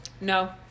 No